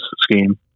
scheme